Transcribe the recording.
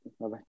Bye-bye